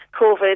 COVID